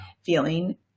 feeling